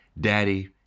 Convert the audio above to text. Daddy